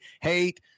Hate